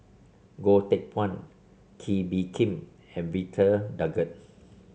Goh Teck Phuan Kee Bee Khim and Victor Doggett